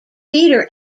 peter